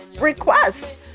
request